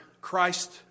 Christ